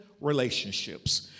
relationships